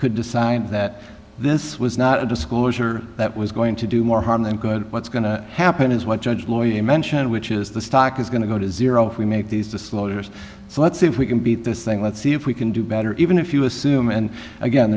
could decide that this was not a disclosure that was going to do more harm than good what's going to happen is what judge lawyer mentioned which is the stock is going to go to zero if we may these the slaughter is so let's see if we can beat this thing let's see if we can do better even if you assume and again